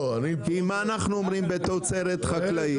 כי מה אנחנו אומרים בתוצרת חקלאית?